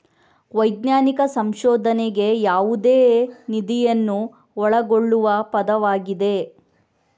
ವೈಜ್ಞಾನಿಕ ಸಂಶೋಧನೆಗೆ ಯಾವುದೇ ನಿಧಿಯನ್ನು ಒಳಗೊಳ್ಳುವ ಪದವಾಗಿದೆ